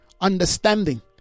understanding